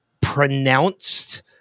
pronounced